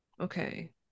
Okay